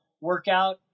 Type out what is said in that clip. workout